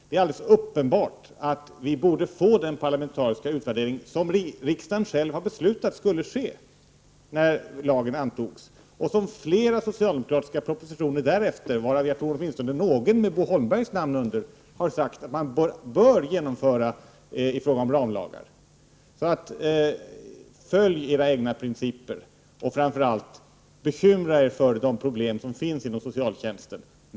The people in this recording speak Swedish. Det är alldeles uppenbart att vi borde få till stånd den parlamentariska utvärdering som riksdagen beslutade om när lagen antogs, och som det i flera socialdemokratiska propositioner därefter — varav jag tror att åtminstone någon är underskriven av Bo Holmberg — har uttalats att man bör genomföra när det är fråga om ramlagar. Följ era egna principer, och framför allt: bekymra er för de problem som finns inom socialtjänsten!